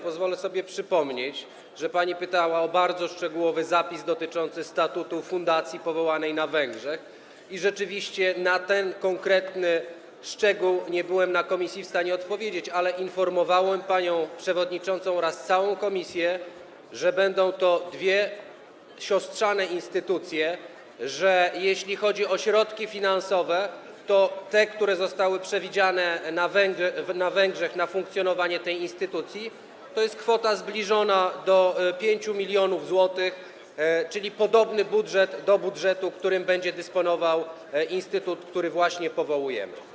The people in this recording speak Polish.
Pozwolę sobie przypomnieć, że pani pytała o bardzo szczegółowy zapis dotyczący statutu fundacji powołanej na Węgrzech, i rzeczywiście na pytanie dotyczące tego konkretnego szczegółu nie byłem w stanie na posiedzeniu komisji odpowiedzieć, ale informowałem panią przewodniczącą oraz całą komisję, że będą to dwie siostrzane instytucje, że jeśli chodzi o środki finansowe, to te, które zostały przewidziane na Węgrzech na funkcjonowanie tej instytucji, to jest kwota zbliżona do 5 mln zł, czyli budżet podobny do budżetu, którym będzie dysponował instytut, który właśnie powołujemy.